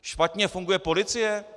Špatně funguje policie?